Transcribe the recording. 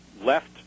left